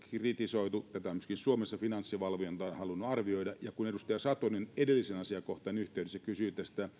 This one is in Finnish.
kritisoitu ja tätä on myöskin suomessa finanssivalvonta halunnut arvioida kun edustaja satonen edellisen asiakohdan yhteydessä kysyi